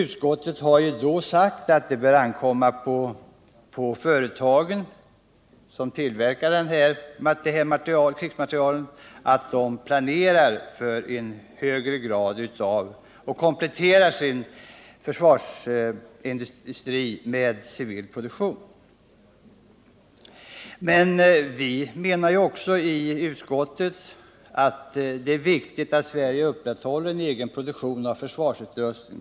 Utskottet har sagt att det bör ankomma på de företag som tillverkar krigsmaterielen att komplettera med civil produktion. Men vi menade också i utskottet att det är viktigt att Sverige upprätthåller en egen produktion av försvarsutrustning.